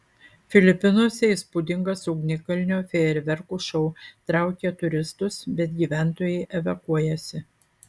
filipinuose įspūdingas ugnikalnio fejerverkų šou traukia turistus bet gyventojai evakuojasi